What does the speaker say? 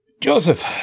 Joseph